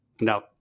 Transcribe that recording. Now